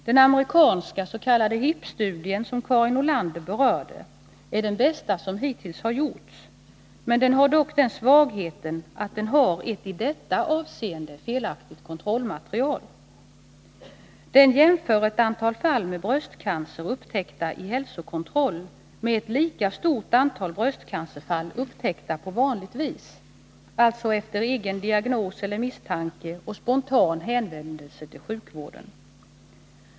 Den amerikanska s.k. HIP-studien, som Karin Nordlander berörde, är den bästa som hittills har gjorts. Den har dock den svagheten att den har ett i detta avseende felaktigt kontrollmaterial. Den jämför ett antal fall med bröstcancer upptäckta i hälsokontroll med ett lika stort antal bröstcancerfall upptäckta på vanligt vis, alltså efter egen diagnos eller misstanke och spontan hänvändelse till sjukvården.